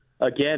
again